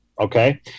okay